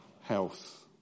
Health